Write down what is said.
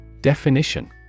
Definition